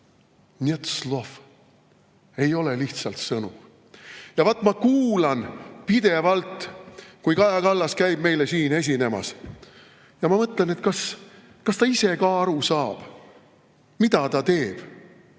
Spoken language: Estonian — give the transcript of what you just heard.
"Net slov!" – ei ole lihtsalt sõnu. Ja vaat ma kuulan pidevalt, kui Kaja Kallas käib meile siin esinemas, ja ma mõtlen, kas ta ise ka aru saab, mida ta teeb.